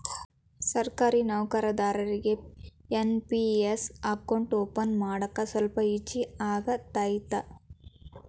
ಸರ್ಕಾರಿ ನೌಕರದಾರಿಗಿ NPS account open ಮಾಡಾಕ ಸ್ವಲ್ಪ ಈಜಿ ಆಗತೈತ